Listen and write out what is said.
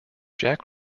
jack